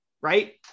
Right